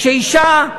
כשאישה,